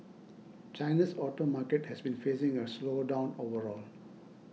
china's auto market has been facing a slowdown overall